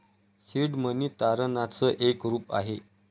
seed money तारणाच एक रूप आहे